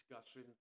discussion